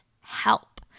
help